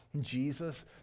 Jesus